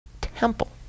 temple